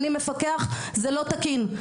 אני מפקח זה לא תקין.